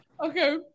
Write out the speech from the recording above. Okay